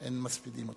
אין מספידים אותו.